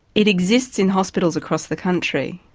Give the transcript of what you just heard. it exists in hospitals across the country,